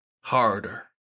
harder